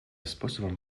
способом